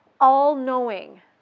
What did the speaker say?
all-knowing